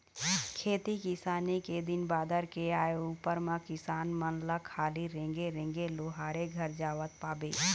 खेती किसानी के दिन बादर के आय उपर म किसान मन ल खाली रेंगे रेंगे लोहारे घर जावत पाबे